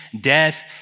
death